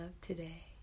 today